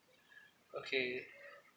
okay